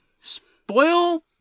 spoil